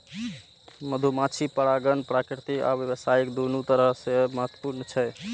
मधुमाछी परागण प्राकृतिक आ व्यावसायिक, दुनू तरह सं महत्वपूर्ण छै